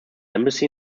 embassy